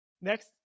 next